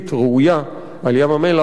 ראויה על ים-המלח,